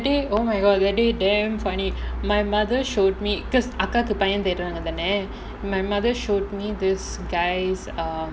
that day oh my god that day damn funny my mother show me because அக்காக்கு பையன் தேடுறாங்க தானே:akkakku paiyan theduraanga thaanae my mother shows me this guy um